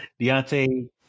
Deontay